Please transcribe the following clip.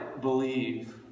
believe